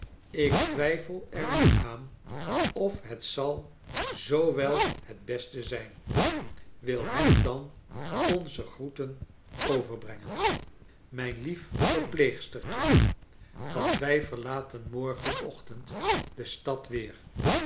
ik twijfel er niet aan of heir zai zoo welhet beste zijn wil hem dan onze groeten overbrengen charles dickens mijn lief verpleegstertje want wij verlaten morgen ochtend de stad weer